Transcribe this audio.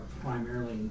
primarily